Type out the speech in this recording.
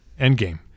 Endgame